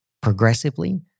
progressively